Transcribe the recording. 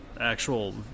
actual